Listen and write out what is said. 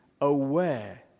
aware